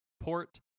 port